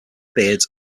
beards